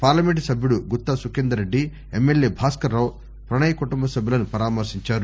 parliament సభ్యుడు Gutta Sukhender Reddy MLA Bhaskara Rao Pranay కుటుంబ సభ్యులను పరామర్పించారు